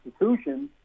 institutions